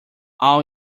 all